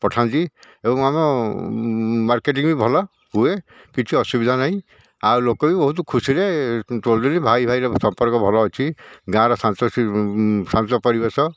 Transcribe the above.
ପଠାନ୍ତି ଏବଂ ଆମ ମାର୍କେଟିଙ୍ଗ୍ ବି ଭଲ ହୁଏ କିଛି ଅସୁବିଧା ନାହିଁ ଆଉ ଲୋକ ବି ବହୁତ ଖୁସିରେ ଚଳୁଛନ୍ତି ଭାଇ ଭାଇର ସମ୍ପର୍କ ଭଲ ଅଛି ଗାଁର ଶାନ୍ତ ଶାନ୍ତ ପରିବେଶ